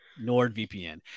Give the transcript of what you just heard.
NordVPN